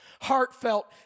heartfelt